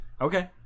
okay